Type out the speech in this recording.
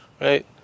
Right